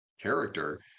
character